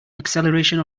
acceleration